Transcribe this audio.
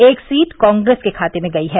एक सीट कॉग्रेस के खाते में गयी है